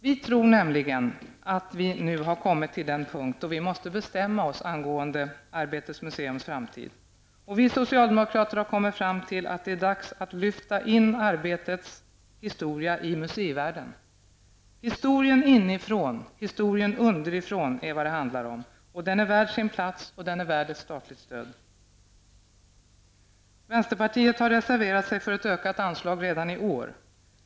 Vi tror nämligen att vi nu har kommit till den punkt då vi måste bestämma oss angående Arbetets museums framtid. Vi socialdemokrater har kommit fram till att det är dags att lyfta in arbetets historia i museivärlden -- historien inifrån och historien underifrån är vad det handlar om, och den är värd sin plats och den är värd ett statligt stöd. Vänsterpartiet har reserverat sig för ett ökat anslag redan i år.